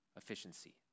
efficiency